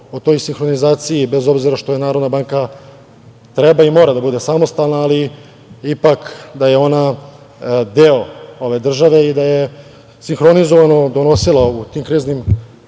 o toj sinhronizaciji, bez obzira što Narodna banka treba i mora da bude samostalna, ali ipak da je ona deo ove države i da je sinhronizovano donosila u tim kriznim